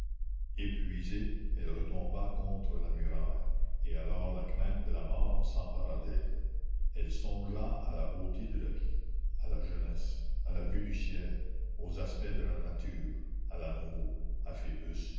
épuisée elle retomba contre la muraille et alors la crainte de la mort s'empara d'elle elle songea à la beauté de la vie à la jeunesse à la vue du ciel aux aspects de la nature à l'amour